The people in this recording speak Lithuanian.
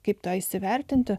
kaip tai įsivertinti